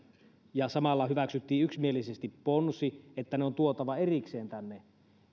ja samalla hyväksyttiin yksimielisesti ponsi että ne on tuotava erikseen tänne